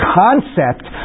concept